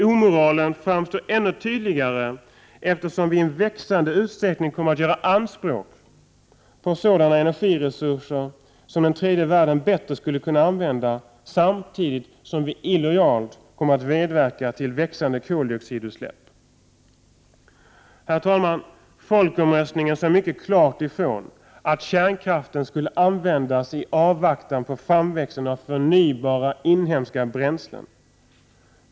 Omoralen framstår ännu tydligare eftersom vi i en växande utsträckning kommer att göra anspråk på sådana energiresurser som den tredje världen bättre skulle kunna använda, samtidigt som vi illojalt kommer att medverka till växande koldioxidutsläpp. Herr talman! Folkomröstningen sade mycket klart ifrån att kärnkraften skulle användas i avvaktan på framväxten av fönybara inhemska bränslen.